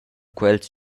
quels